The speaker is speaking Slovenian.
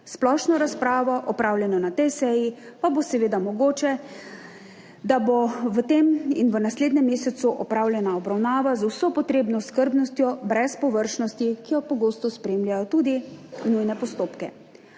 Splošno razpravo opravljeno na tej seji pa bo seveda mogoče, da bo v tem in v naslednjem mesecu opravljena obravnava z vso potrebno skrbnostjo, brez površnosti, ki jo pogosto spremljajo tudi nujne postopke.